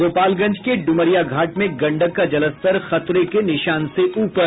गोपालगंज के ड्मरिया घाट में गंडक का जलस्तर खतरे के निशान से ऊपर